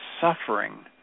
suffering